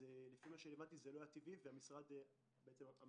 לפי מה שהבנתי לא היו טבעיים והמטה בעצם היה